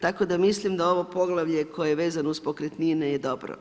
Tako da mislim da ovo poglavlje koje je vezano uz pokretnine je dobro.